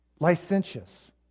licentious